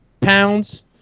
pounds